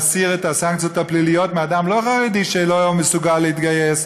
להסיר את הסנקציות הפליליות מאדם לא חרדי שלא מסוגל להתגייס,